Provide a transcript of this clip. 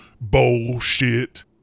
bullshit